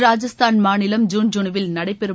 ராஜஸ்தான் மாநிலம் ஜுன்ஜுனுவில் நடைபெறும்